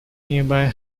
nearby